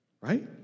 right